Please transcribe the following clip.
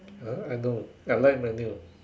uh I know I like manual